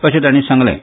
अशें तांणी सांगलें